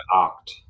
act